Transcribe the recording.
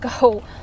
go